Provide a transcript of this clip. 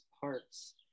parts